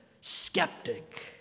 skeptic